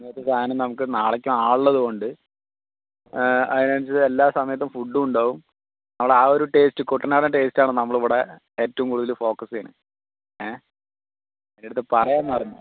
പിന്നൊരു സാധനം നമുക്ക് നാളേക്കും ആളുള്ളതുകൊണ്ട് അതിനനുസരിച്ച് എല്ലാ സമയത്തും ഫുഡ്ഡും ഉണ്ടാവും നമ്മൾ ആ ഒരു ടേസ്റ്റ് കുട്ടനാടൻ ടേസ്റ്റാണ് നമ്മളിവിടെ ഏറ്റവും കൂടുതൽ ഫോക്കസ് ചെയ്യണത് ഏഹ് നിന്റടുത്ത് പറയാൻ മറന്നു